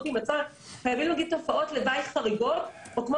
חייבים להגיד תופעות לוואי חריגות או כמו